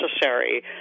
necessary